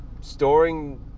Storing